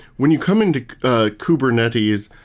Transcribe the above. when you come into kubernetes,